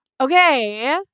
Okay